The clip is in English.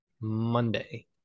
Monday